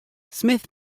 smith